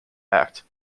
act